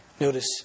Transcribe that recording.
Notice